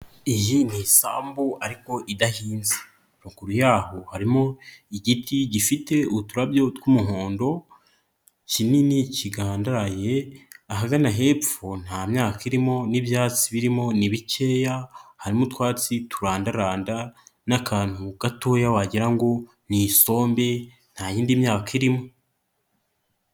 Iyi ni isambu ariko idahinze, ruguru y'aho harimo igiti gifite uturabyo tw'umuhondo kinini kigandaraye, ahagana hepfo nta myaka irimo n'ibyatsi birimo ni bikeya, harimo utwatsi turandaranda n'akantu gatoya wagira ngo ni isombe nta yindi myaka irimo.